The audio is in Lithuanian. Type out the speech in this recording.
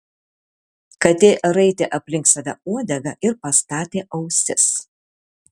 katė raitė aplink save uodegą ir pastatė ausis